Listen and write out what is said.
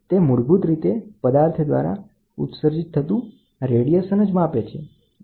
તે મૂળભૂત રીતે પદાર્થ દ્વારા ઉત્સર્જિત થતું રેડિયેશન માપે છે